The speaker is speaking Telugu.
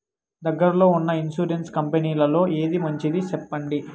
దగ్గర లో ఉన్న ఇన్సూరెన్సు కంపెనీలలో ఏది మంచిది? సెప్పండి?